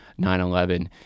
9/11